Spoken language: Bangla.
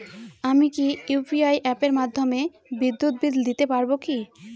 আমি কি ইউ.পি.আই অ্যাপের মাধ্যমে বিদ্যুৎ বিল দিতে পারবো কি?